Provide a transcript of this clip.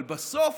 אבל בסוף